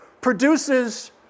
produces